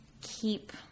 keep